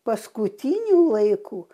paskutiniu laiku